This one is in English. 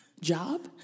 Job